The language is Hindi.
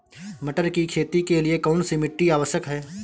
मटर की खेती के लिए कौन सी मिट्टी आवश्यक है?